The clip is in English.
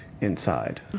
inside